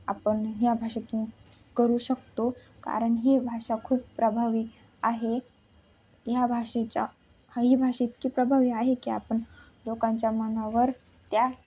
आपण ह्या भाषेतून करू शकतो कारण ही भाषा खूप प्रभावी आहे ह्या भाषेच्या ही भाषा इतकी प्रभावी आहे की आपण लोकांच्या मनावर त्या